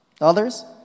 Others